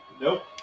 Nope